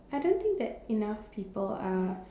I don't think that enough people are